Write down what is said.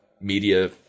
media